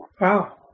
Wow